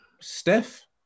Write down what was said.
Steph